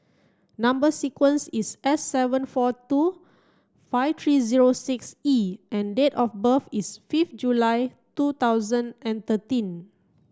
number sequence is S seven four two five three zero six E and date of birth is fifth July two thousand and thirteen